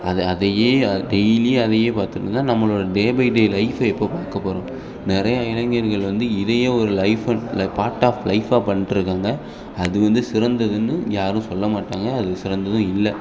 அதை அதையே அதை டெய்லியும் அதையே பார்த்துட்டு இருந்தால் நம்மளோடய டே பை டே லைஃபை எப்போ பார்க்கப் போகிறோம் நிறையா இளைஞர்கள் வந்து இதையே ஒரு லைஃபில் பார்ட் ஆஃப் லைஃபாக பண்ணிட்ருக்காங்க அது வந்து சிறந்ததுன்னு யாரும் சொல்ல மாட்டாங்க அது சிறந்ததும் இல்லை